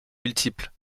multiples